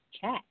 chat